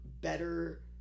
better